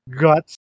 guts